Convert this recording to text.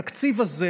בתקציב הזה,